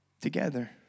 Together